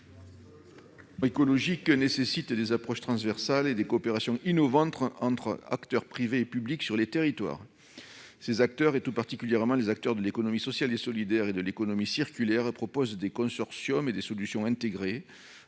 transition écologique nécessitent des approches transversales et des coopérations innovantes entre acteurs privés et publics sur les territoires. Ces acteurs, tout particulièrement ceux de l'économie sociale et solidaire et de l'économie circulaire, proposent des consortiums et des solutions intégrées